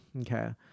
Okay